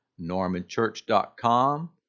normanchurch.com